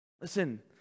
Listen